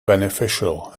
beneficial